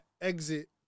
exit